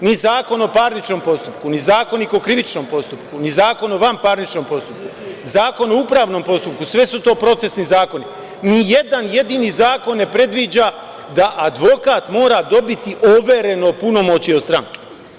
ni Zakon o parničnom postupku, ni Zakonik o krivičnom postupku, ni Zakon o vanparničnom postupku, Zakon o upravnom postupku, sve su to procesni zakoni, ni jedan jedini zakon ne predviđa da advokat mora dobiti overeno punomoćje od stranke.